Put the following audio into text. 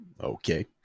okay